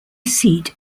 seat